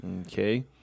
Okay